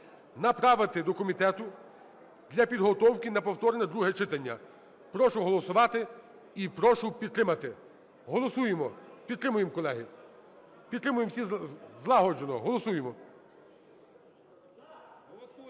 направити до комітету для підготовки на повторне друге читання. Прошу голосувати і прошу підтримати. Голосуємо, підтримуємо, колеги. Підтримуємо всі злагоджено, голосуємо.